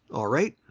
all right!